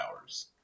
hours